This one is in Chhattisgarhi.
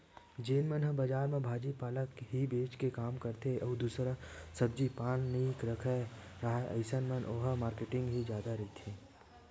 जेन मन ह बजार म भाजी पाला ही बेंच के काम करथे अउ दूसर सब्जी पान नइ रखे राहय अइसन म ओहा मारकेटिंग ही जादा रहिथे